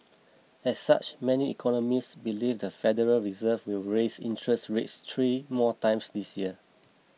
as such many economists believe the Federal Reserve will raise interest rates three more times this year